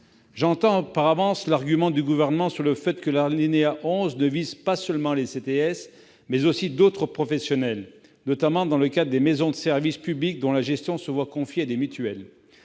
J'entends par avance l'argument du Gouvernement selon lequel l'alinéa 11 vise non seulement les CTS, mais aussi d'autres professionnels, notamment ceux qui exercent dans le cadre des maisons de services au public dont la gestion est confiée à des mutuelles.